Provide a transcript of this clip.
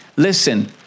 Listen